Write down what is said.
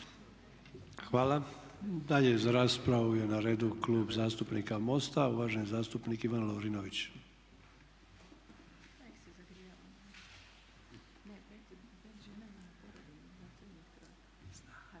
Hvala. Dalje za raspravu je na redu Klub zastupnika MOST-a i uvaženi zastupnik Ivan Lovrinović.